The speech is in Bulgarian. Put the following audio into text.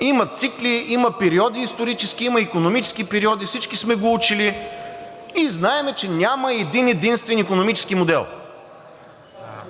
Има цикли, има исторически периоди, има икономически периоди – всички сме го учили и знаем, че няма един-единствен икономически модел.